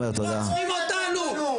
הם רוצחים אותנו.